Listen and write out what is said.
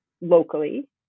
locally